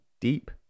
deep